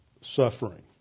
suffering